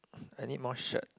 I need more shirt